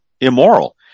immoral